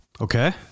Okay